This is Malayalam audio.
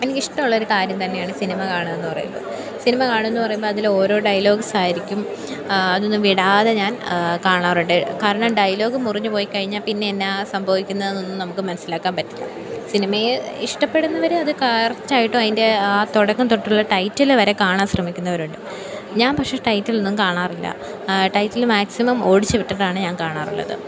എനിക്കിഷ്ടമുള്ളൊരു കാര്യം തന്നെയാണ് സിനിമ കാണുക എന്ന് പറയുമ്പോൾ സിനിമ കാണുക എന്ന് പറയുമ്പോൾ അതിലെ ഓരോ ഡയലോഗ്സ് ആയിരിക്കും അതൊന്നും വിടാതെ ഞാൻ കാണാറുണ്ട് കാരണം ഡയലോഗ് മുറിഞ്ഞു പോയിക്കഴിഞ്ഞാൽ പിന്നെ എന്താ സംഭവിക്കുന്നതൊന്നും നമുക്ക് മനസ്സിലാക്കാൻ പറ്റില്ല സിനിമയെ ഇഷ്ടപ്പെടുന്നവരെ അത് കറക്റ്റായിട്ടും അതിൻ്റെ ആ തുടങ്ങം തൊട്ടുള്ള ടൈറ്റില് വരെ കാണാൻ ശ്രമിക്കുന്നവരുണ്ട് ഞാൻ പക്ഷേ ടൈറ്റ്ലൊന്നും കാണാറില്ല ടൈറ്റില് മാക്സിമം ഓടിച്ചു വിട്ടിട്ടാണ് ഞാൻ കാണാറുള്ളത്